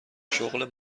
شغل